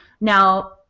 Now